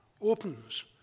opens